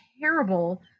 terrible